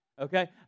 okay